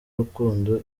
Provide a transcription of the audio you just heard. rukundo